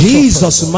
Jesus